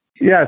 Yes